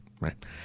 Right